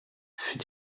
fut